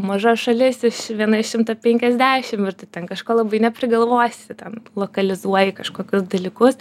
maža šalis iš viena iš šimto penkiasdešim ir tu ten kažko labai neprigalvosi ten lokalizuoji kažkokius dalykus